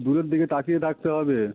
দূরের দিকে তাকিয়ে থাকতে হবে